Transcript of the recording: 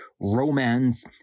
romance